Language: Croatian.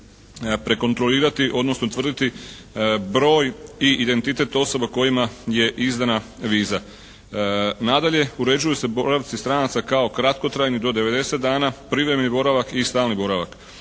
prekontrolirati odnosno utvrditi broj i identitet osoba kojima je izdana viza. Nadalje, uređuju se boravci stranaca kao kratkotrajni do 90 dana, privremeni boravak i stalni boravak.